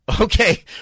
Okay